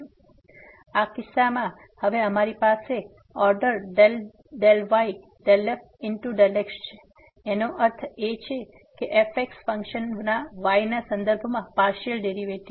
તેથી આ કિસ્સામાં હવે અમારી પાસે ઓર્ડર ∂y∂f∂x છે એનો અર્થ એ કે fx ફંક્શન ના y ના સંદર્ભમાં પાર્સીઅલ ડેરીવેટીવ